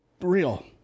Real